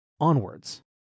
Onwards